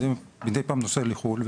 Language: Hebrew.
אני מדי פעם נוסע לחו"ל,